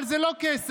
אבל זה לא כסף.